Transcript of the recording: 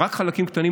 רק חלקים קטנים,